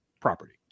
property